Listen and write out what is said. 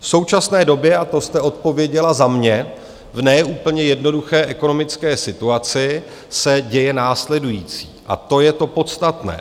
V současné době, a to jste odpověděla za mě, v ne úplně jednoduché ekonomické situaci se děje následující a to je to podstatné.